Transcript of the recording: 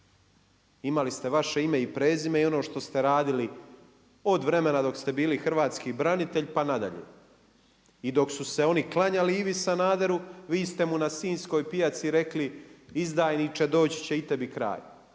Imali ste vaše ime i prezime i ono što ste radili od vremena dok ste bili hrvatski branitelj pa nadalje. I dok su se oni klanjali Ivi Sanaderu vi ste mu na sinjskoj pijaci rekli izdajniče doći će i tebi kraj,